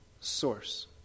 source